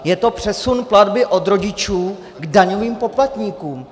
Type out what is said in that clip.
Je to přesun platby od rodičů k daňovým poplatníkům.